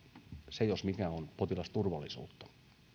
se jos mikä on potilasturvallisuutta